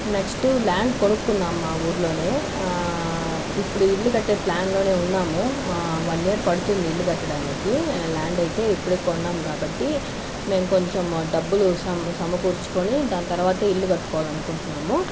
next land కొనుక్కున్నాము మా ఊర్లోనే ఇప్పుడు ఇల్లు కట్టే ప్లాన్ లోనే ఉన్నాము వన్ ఇయర్ పడుతుంది ఇల్లు కట్టడానికి ల్యాండ్ అయితే ఇప్పుడే కొన్నాం కాబట్టి మేము కొంచెం డబ్బులు సమ సమకూర్చుకొని దాని తర్వాత ఇల్లు కట్టుకోవాలనుకుంటున్నాము